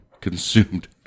consumed